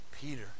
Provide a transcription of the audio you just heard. Peter